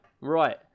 Right